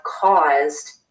caused